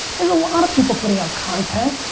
there's a lot of people putting out content.